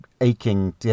aching